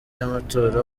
y’amatora